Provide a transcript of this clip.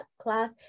class